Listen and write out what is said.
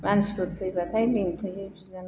मानसिफोर फैबाथाय लिंफैयो बिनानावा